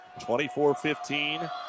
24-15